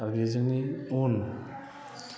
आरो बे जोंनि उन